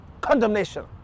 condemnation